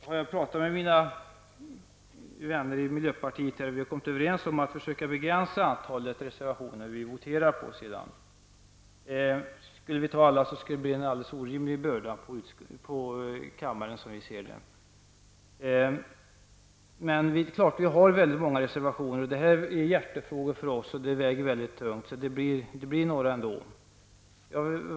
Jag har pratat med mina vänner i miljöpartiet och vi har kommit överens om att försöka begränsa antalet reservationer som vi begär votering på. Skulle vi ta med alla, skulle det som vi ser det bli en alldeles orimlig börda på kammaren. Men vi har ändå väldigt många reservationer till betänkandet. Detta är hjärtefrågor för oss, frågor som väger mycket tyngt, så vi kommer därför ändå att begära votering på en del.